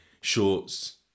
Shorts